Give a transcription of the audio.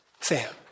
Sam